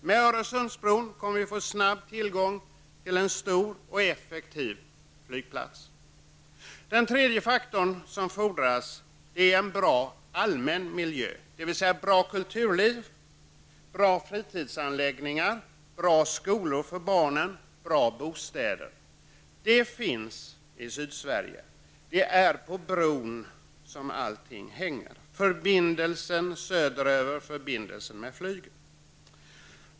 Med Öresundsbron kommer det att bli en snabb tillgång till en stor och effektiv flygplats. För det tredje fordras det en bra allmän miljö, dvs. bra kulturliv, bra fritidsanläggningar, bra skolor för barnen och bra bostäder. Det finns i Sydsverige. Det är på bron som allting hänger, dvs.